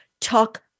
Talk